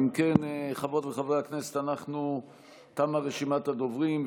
אם כן, חברות וחברי הכנסת, תמה רשימת הדוברים.